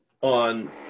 on